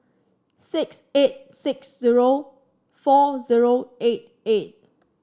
six eight six zero four zero eight eight